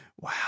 Wow